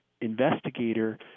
investigator